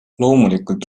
loomulikult